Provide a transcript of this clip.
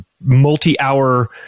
multi-hour